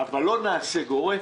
אבל לא נעשה זאת באופן גורף.